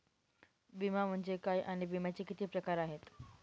विमा म्हणजे काय आणि विम्याचे किती प्रकार आहेत?